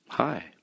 Hi